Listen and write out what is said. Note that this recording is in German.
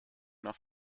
nach